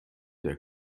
der